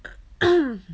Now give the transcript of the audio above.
oh